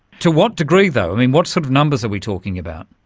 to what degree though? what sort of numbers are we talking about?